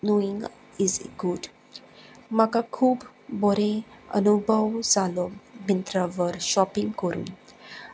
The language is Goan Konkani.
नोइंग इज इ गूड म्हाका खूब बोरें अनुभव जालो मिंत्रांवर शॉपिंग करून